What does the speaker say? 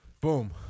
Boom